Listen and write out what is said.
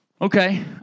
Okay